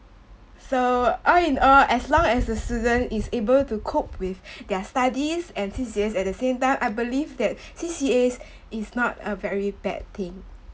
so all in all as long as the student is able to cope with their studies and C_C_As at the same time I believe that C_C_As is not a very bad thing